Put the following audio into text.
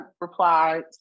replied